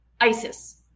ISIS